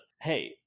hey